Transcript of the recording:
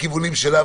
לכיוונים שלה.